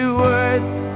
words